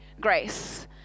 grace